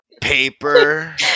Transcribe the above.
paper